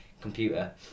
computer